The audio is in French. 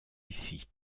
ici